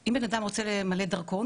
אם בן אדם רוצה למלא דרכון,